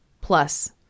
plus